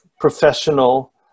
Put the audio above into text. professional